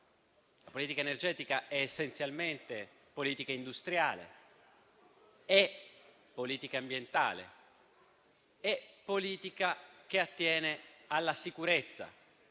La politica energetica è essenzialmente politica industriale, è politica ambientale ed è politica che attiene alla sicurezza,